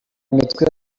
imitwe